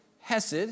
Hesed